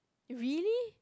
really